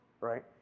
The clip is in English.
right